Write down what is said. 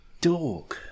dog